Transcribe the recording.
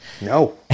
No